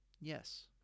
Yes